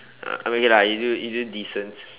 uh I mean okay lah you do you do decent